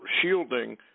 shielding